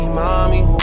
mommy